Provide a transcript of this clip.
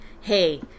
hey